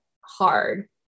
hard